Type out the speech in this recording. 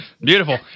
Beautiful